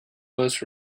most